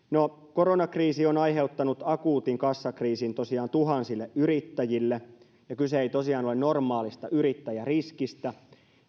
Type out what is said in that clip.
koronakriisi on aiheuttanut akuutin kassakriisin tuhansille yrittäjille ja kyse ei tosiaan ole normaalista yrittäjäriskistä